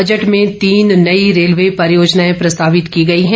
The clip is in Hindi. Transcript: बजट में तीन नई रेलवे परियोजनाएं प्रस्तावित की गई हैं